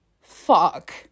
fuck